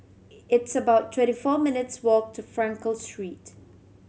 it's about twenty four minutes' walk to Frankel Street